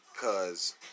cause